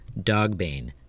dogbane